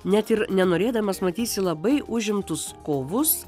net ir nenorėdamas matysi labai užimtus kovus